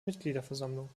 mitgliederversammlung